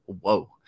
whoa